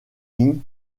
ligne